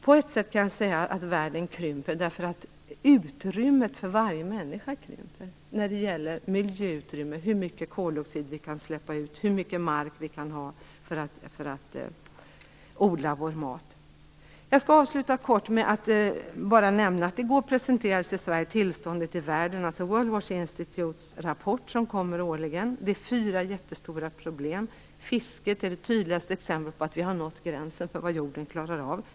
På ett sätt kan jag säga att världen krymper, därför att utrymmet för varje människa krymper, när det gäller miljöutrymmet, hur mycket koldioxid vi kan släppa ut och hur mycket mark vi kan ha för att odla vår mat. Jag vill nämna att World Watch Institute i går i Sverige presenterade sin årliga rapport om tillståndet i världen. Det finns fyra jättestora problem. Fisket är det tydligaste exemplet på att vi har nått gränsen för vad jorden klarar av.